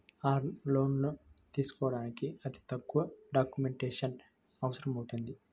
term లోన్లు తీసుకోడానికి అతి తక్కువ డాక్యుమెంటేషన్ అవసరమవుతుంది